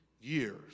years